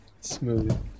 Smooth